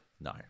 No